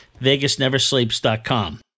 VegasNeverSleeps.com